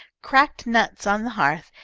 cracked nuts on the hearth,